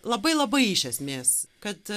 labai labai iš esmės kad